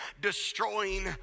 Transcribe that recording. destroying